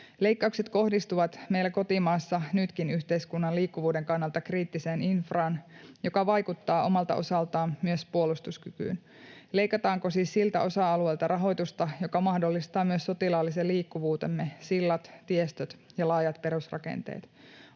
Leikkaukset kohdistuvat meillä kotimaassa nytkin yhteiskunnan liikkuvuuden kannalta kriittiseen infraan, joka vaikuttaa omalta osaltaan myös puolustuskykyyn. Leikataanko siis rahoitusta siltä osa-alueelta, joka mahdollistaa myös sotilaallisen liikkuvuutemme, sillat, tiestöt ja laajat perusrakenteet?